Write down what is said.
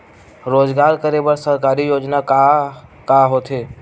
रोजगार करे बर सरकारी योजना का का होथे?